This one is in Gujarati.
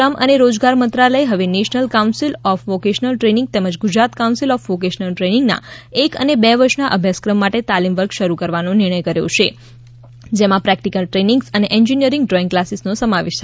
શ્રમ અને રોજગાર મંત્રાલયે હવે national council of vocational training તેમજ ગુજરાત કાઉન્સીલ ઓફ વોકેશનલ ટ્રેનીંગના એક અને બે વર્ષના અભ્યાસક્રમ માટે તાલીમ વર્ગ શરૂ કરવાનો નિર્ણય કર્યો છે જેમાં પ્રેક્ટિકલ ટ્રેનિંગ્સ અને એન્જિનિયરિંગ ડ્રોઇંગ ક્લાસીસનો સમાવેશ થાય છે